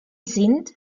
sind